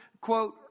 quote